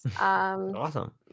Awesome